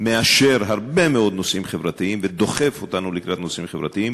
מאשר הרבה מאוד נושאים חברתיים ודוחף אותנו לקראת נושאים חברתיים.